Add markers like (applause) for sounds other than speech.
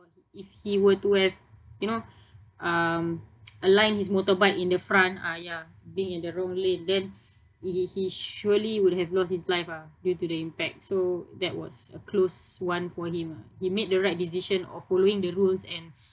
if he were to have you know um (noise) aligned his motorbike in the front ah ya being in the wrong lane then he he surely would have lost his life ah due to the impact so that was a close one for him ah he made the right decision of following the rules and